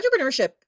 Entrepreneurship